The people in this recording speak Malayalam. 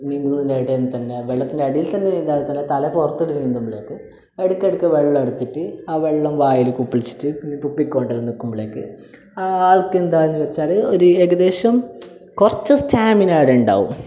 നീന്തുന്നതിൻ്റെ ഇടയിൽ നിന്ന് തന്നെ വെള്ളത്തിൻ്റെ അടിയിൽ തന്നെ നീന്താതെ തന്നെ തല പുറത്തിട്ടിട്ട് നീന്തുമ്പോഴേക്ക് ഇടയ്ക്കിടയ്ക്ക് വെള്ളമെടുത്തിട്ട് ആ വെള്ളം വായില് കുപ്പിളിച്ചിട്ട് ഇങ്ങനെ തുപ്പിക്കൊണ്ടെല്ലാം നിൽക്കുമ്പോഴേക്ക് ആ ആൾക്ക് എന്താന്നു വെച്ചാല് ഒര് ഏകദേശം കുറച്ച് സ്റ്റാമിന അവിടെ ഉണ്ടാകും